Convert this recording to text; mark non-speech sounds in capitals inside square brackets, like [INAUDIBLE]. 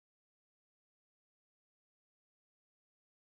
[UNINTELLIGIBLE]